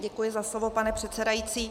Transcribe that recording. Děkuji za slovo, pane předsedající.